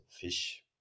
fish